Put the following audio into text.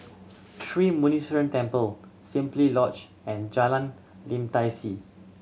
Sri Muneeswaran Temple Simply Lodge and Jalan Lim Tai See